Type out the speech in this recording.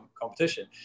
competition